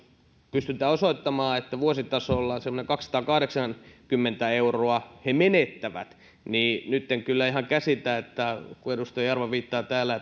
pystytään osoittamaan että vuositasolla semmoisen kaksisataakahdeksankymmentä euroa he menettävät niin nyt en kyllä ihan käsitä kun edustaja jarva viittaa täällä